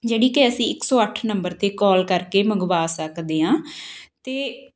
ਜਿਹੜੀ ਕਿ ਅਸੀਂ ਇੱਕ ਸੌ ਅੱਠ ਨੰਬਰ 'ਤੇ ਕੋਲ ਕਰਕੇ ਮੰਗਵਾ ਸਕਦੇ ਹਾਂ ਅਤੇ